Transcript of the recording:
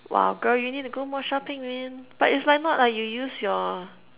!wah! girl you need to go more shopping man but it's like not like you use your